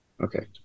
Okay